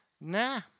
nah